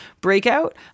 breakout